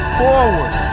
forward